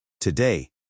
Today